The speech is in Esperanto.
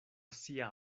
sia